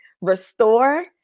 restore